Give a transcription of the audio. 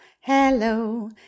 hello